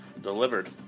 delivered